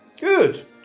Good